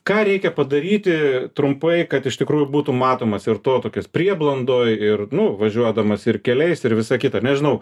ką reikia padaryti trumpai kad iš tikrųjų būtum matomas ir to tokios prieblandoj ir nu važiuodamas ir keliais ir visa kita nežinau